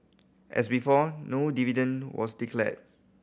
as before no dividend was declared